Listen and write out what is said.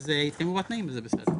אז התקיימו התנאים זה בסדר